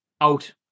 out